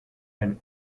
and